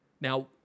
Now